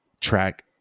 track